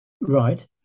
Right